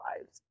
lives